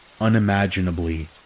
unimaginably